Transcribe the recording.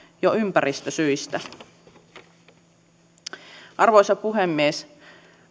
jo ympäristösyistä arvoisa puhemies